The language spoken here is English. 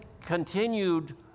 continued